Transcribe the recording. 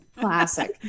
Classic